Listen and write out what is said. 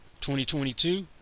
2022